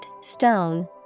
stone